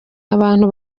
abantu